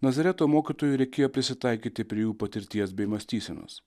nazareto mokytojui reikėjo prisitaikyti prie jų patirties bei mąstysenos